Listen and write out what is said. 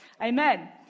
Amen